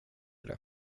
det